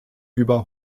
über